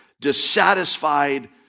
dissatisfied